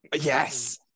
Yes